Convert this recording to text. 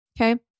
Okay